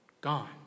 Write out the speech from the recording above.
Gone